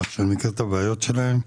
כך שאני מכיר את הבעיות שלהם.